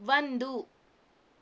ಒಂದು